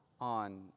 on